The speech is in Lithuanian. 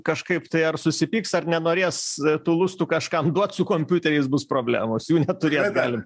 kažkaip tai ar susipyks ar nenorės tų lustų kažkam duot su kompiuteriais bus problemos jų neturėt galim